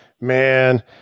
man